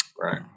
Right